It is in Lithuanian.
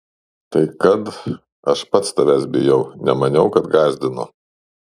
tai kad aš pats tavęs bijau nemaniau kad gąsdinu